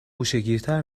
گوشهگیرتر